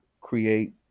create